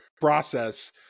process